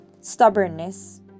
Stubbornness